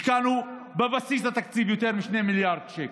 השקענו בבסיס התקציב יותר מ-2 מיליארד שקל,